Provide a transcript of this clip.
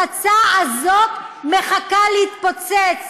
אז תשאירי אותם, והפצצה הזאת מחכה להתפוצץ,